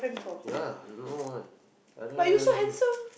yeah no one I don't have